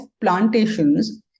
plantations